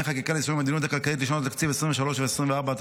חקיקה ליישום המדיניות הכלכלית לשנות התקציב 2023 ו-2024),